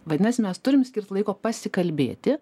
vadinasi mes turim skirt laiko pasikalbėti